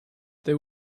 they